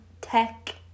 tech